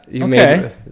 Okay